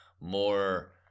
more